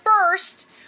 first